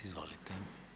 Izvolite.